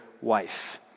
wife